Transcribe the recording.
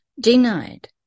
denied